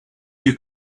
you